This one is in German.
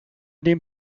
dem